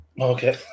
okay